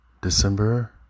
December